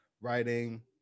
writing